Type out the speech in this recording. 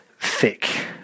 thick